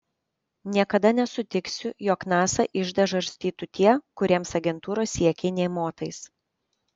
niekada nesutiksiu jog nasa iždą žarstytų tie kuriems agentūros siekiai nė motais